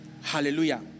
Hallelujah